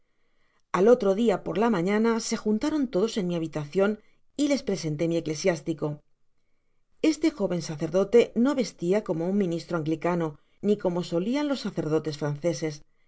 al otro dia por la mañana se juntaron todos en mi habitacion y les presenté mi eclesiástico este joven sacerdote no vestía como un ministro anglicano ni como solian los sacerdotes franceses